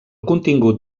contingut